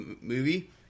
movie